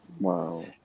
Wow